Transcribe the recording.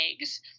eggs